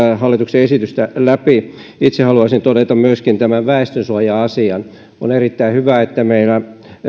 hallituksen esitystä itse haluaisin myöskin todeta tämän väestönsuoja asian on erittäin hyvä että meillä